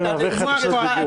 אני מעביר לך את רשות הדיבור.